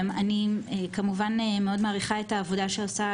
אני כמובן מאוד מעריכה את העבודה שעושה